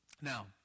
Now